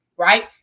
right